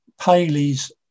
Paley's